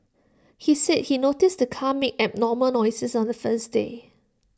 he said he noticed the car made abnormal noises on the first day